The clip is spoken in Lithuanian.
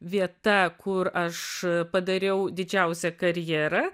vieta kur aš padariau didžiausią karjerą